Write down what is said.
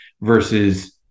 versus